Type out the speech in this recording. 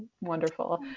wonderful